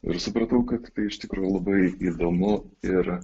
ir supratau kad tai iš tikrųjų labai įdomu ir